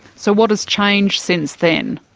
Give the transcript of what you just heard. so what has changed since then?